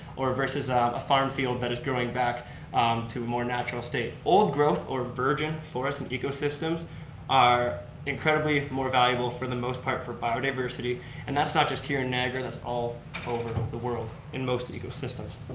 or versus a farm field that is growing back to a more natural state. old growth, or virgin forests and ecosystems are incredibly more valuable for the most part for biodiversity and that's not just here in niagara. that's all over the the world in most ecosystems.